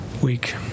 week